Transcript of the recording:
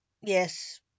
yes